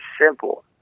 simple